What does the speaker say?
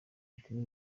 gituma